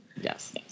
Yes